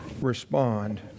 respond